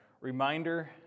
reminder